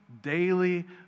daily